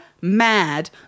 mad